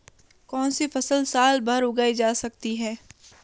कौनसी फसल साल भर उगाई जा सकती है?